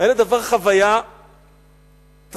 הילד עבר חוויה טראומטית,